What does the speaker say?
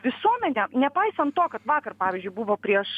visuomenė nepaisant to kad vakar pavyzdžiui buvo prieš